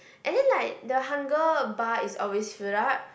and then like the hunger bar is always filled up